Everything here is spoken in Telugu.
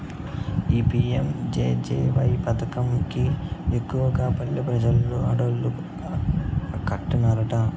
ఈ పి.యం.జె.జె.వై పదకం కి ఎక్కువగా పల్లె పెజలు ఆడోల్లే కట్టన్నారట